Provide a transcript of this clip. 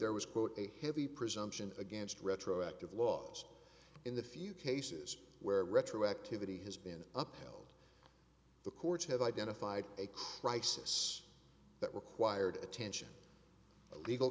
there was quote a heavy presumption against retroactive laws in the few cases where retroactivity has been up held the courts have identified a crisis that required attention a legal